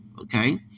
Okay